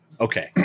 okay